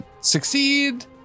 succeed